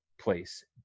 place